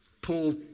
Paul